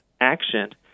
action